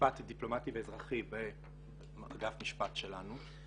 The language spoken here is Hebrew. למשפט דיפלומטי ואזרחי באגף משפט שלנו.